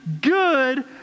good